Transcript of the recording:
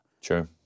sure